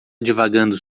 divagando